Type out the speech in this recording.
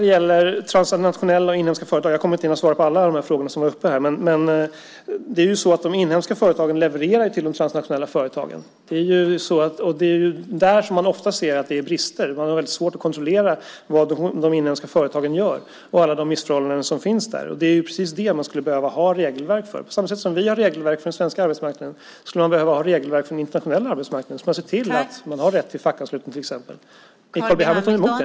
Jag kommer inte att hinna svara på alla frågorna, men vi har de transnationella och inhemska företagen. De inhemska företagen levererar till de transnationella företagen. Det är där som man ofta ser brister. Det är svårt att kontrollera vad de inhemska företagen gör och alla missförhållandena. Det är precis det som det behövs regelverk för. Precis som vi har regelverk för den svenska arbetsmarknaden behövs det regelverk för den internationella arbetsmarknaden med till exempel rätt att ansluta sig till facket. Är Carl B Hamilton emot det?